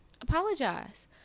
apologize